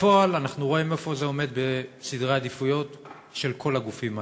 בפועל אנחנו רואים איפה זה עומד בסדרי העדיפויות של כל הגופים הללו.